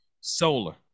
Solar